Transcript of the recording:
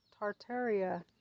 Tartaria